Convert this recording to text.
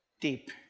deep